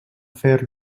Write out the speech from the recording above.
fer